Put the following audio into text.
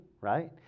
right